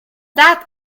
that